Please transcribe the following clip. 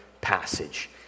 passage